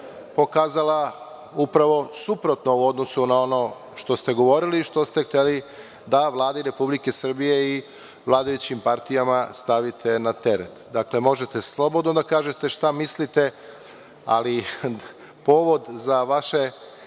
pokazala upravo suprotno u odnosu na ono što ste govorili i što ste hteli da Vladi Republike Srbije i vladajućim partijama stavite na teret. Dakle, možete slobodno da kažete šta mislite ali povod za vaše